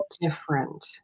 different